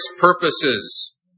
purposes